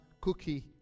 cookie